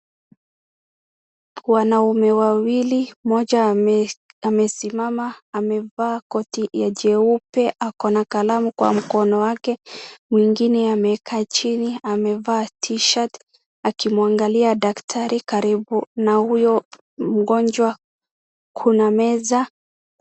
Wanaume wawili mmoja amesimama amevaa koti ya jeupe ako na kalamu kwa mkono wake. Mwingine amekaa chini amevaa t-shirt akimwaangalia daktari karibu na huyo mgonjwa kuna meza .